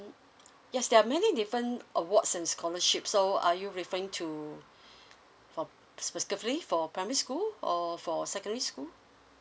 yes there are many different awards and scholarships so are you referring to for specifically for primary school or for secondary school